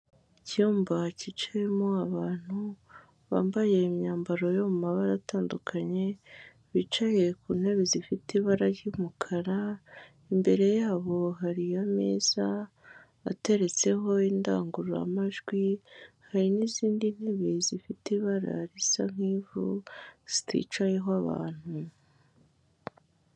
Icyumba cyicayemo abantu bambaye imyambaro yo mu mabara atandukanye, bicaye ku ntebe zifite ibara ry'umukara imbere yabo hari ameza ateretseho indangururamajwi hari n'izindi ntebe zifite ibara risa nk'ivu ziticayeho abantu.